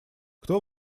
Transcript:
кто